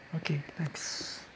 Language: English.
okay thanks